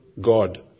God